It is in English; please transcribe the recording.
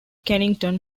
kennington